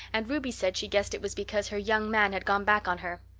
and ruby said she guessed it was because her young man had gone back on her.